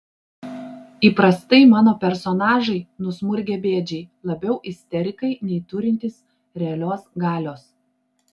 įprastai mano personažai nusmurgę bėdžiai labiau isterikai nei turintys realios galios